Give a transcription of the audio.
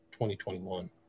2021